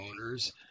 owners